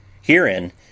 Herein